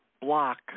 block